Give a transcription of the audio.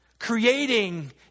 creating